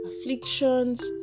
afflictions